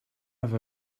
have